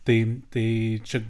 tai tai čia